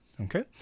Okay